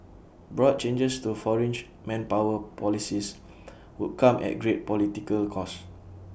broad changes to foreign manpower policies would come at great political cost